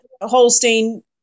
Holstein